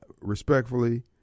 respectfully